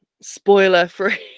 spoiler-free